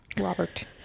Robert